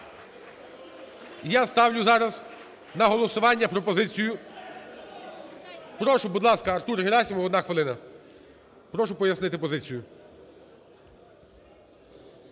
я ставлю зараз на голосування пропозицію... Прошу, будь ласка, Артур Герасимов, одна хвилина. Прошу пояснити позицію.